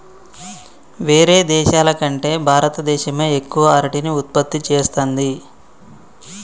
వేరే దేశాల కంటే భారత దేశమే ఎక్కువ అరటిని ఉత్పత్తి చేస్తంది